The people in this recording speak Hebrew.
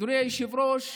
אדוני היושב-ראש,